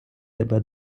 тебе